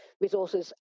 resources